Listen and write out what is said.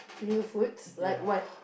finger foods like what